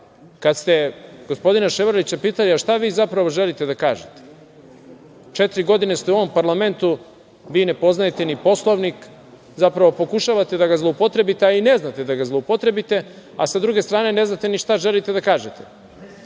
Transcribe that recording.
kad ste gospodina Ševarlića pitali – šta vi zapravo želite da kažete? Četiri godine ste u ovom parlamentu, vi ne poznajete ni Poslovnik, zapravo pokušavate da ga zloupotrebite, a ne znate da ga zloupotrebite, a sa druge strane ne znate ni šta želite da kažete. Onda,